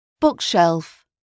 bookshelf